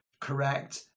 correct